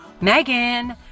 Megan